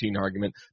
argument